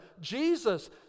Jesus